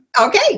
Okay